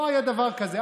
לא היה דבר כזה.